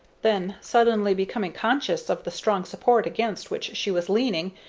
then, suddenly becoming conscious of the strong support against which she was leaning,